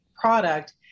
product